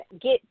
get